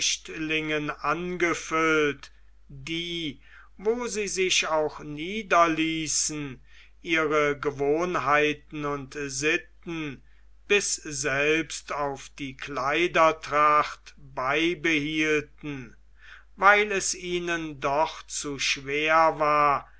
angefüllt die wo sie sich auch niederließen ihre gewohnheiten und sitten bis selbst auf die kleidertracht beibehielten weil es ihnen doch zu schwer war